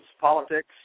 politics